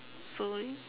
so